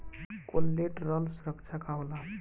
Collateral सुरक्षा का होला?